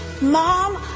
Mom